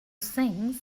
sings